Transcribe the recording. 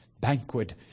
banquet